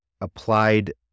applied